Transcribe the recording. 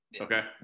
okay